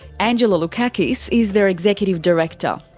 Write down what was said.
angelo loukakis is their executive director.